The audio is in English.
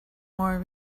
more